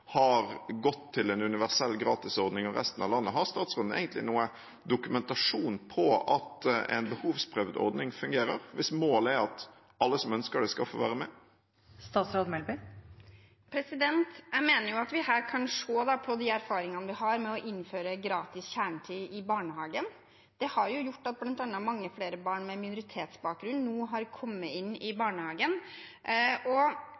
har gått over til en universell gratisordning, og resten av landet – egentlig noen dokumentasjon på at en behovsprøvd ordning fungerer, hvis målet er at alle som ønsker det, skal få være med? Jeg mener vi her kan se at erfaringene vi har med å innføre gratis kjernetid i barnehagen, har gjort at mange flere barn med minoritetsbakgrunn nå har kommet inn i barnehagen. Det vi har greid med å ha en målrettet og